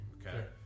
Okay